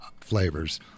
flavors